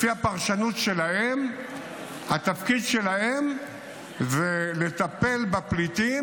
לפי הפרשנות שלהם התפקיד שלהם זה לטפל בפליטים